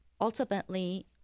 ultimately